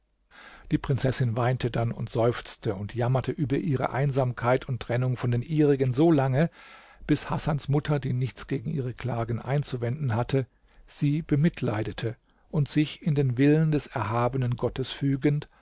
die prinzessin weinte dann und seufzte und jammerte über ihre einsamkeit und trennung von den ihrigen solange bis hasans mutter die nichts gegen ihre klagen einzuwenden hatte sie bemitleidete und sich in den willen des erhabenen gottes fügend